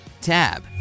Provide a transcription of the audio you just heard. Tab